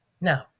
No